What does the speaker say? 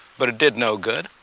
but it did no good.